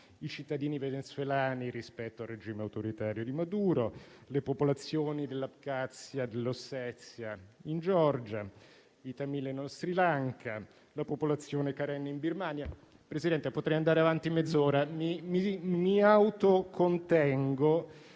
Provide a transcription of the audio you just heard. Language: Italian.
i cittadini venezuelani rispetto al regime autoritario di Maduro; le popolazioni dell'Abkhazia e dell'Ossezia in Georgia; i tamil nello Sri Lanka; la popolazione karen in Birmania... Presidente, potrei andare avanti mezz'ora. Mi auto contengo,